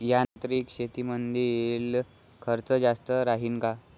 यांत्रिक शेतीमंदील खर्च जास्त राहीन का?